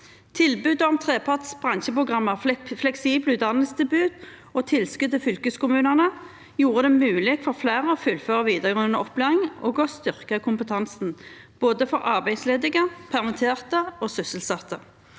Tilbudet om treparts bransjeprogrammer, fleksible utdanningstilbud og tilskudd til fylkeskommunene gjorde det mulig for flere å fullføre videregående opplæring og å styrke kompetansen for både arbeidsledige, permitterte og sysselsatte.